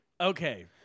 Okay